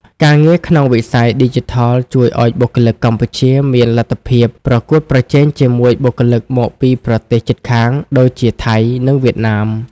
ការងារក្នុងវិស័យឌីជីថលជួយឱ្យបុគ្គលិកកម្ពុជាមានលទ្ធភាពប្រកួតប្រជែងជាមួយបុគ្គលិកមកពីប្រទេសជិតខាងដូចជាថៃ និងវៀតណាម។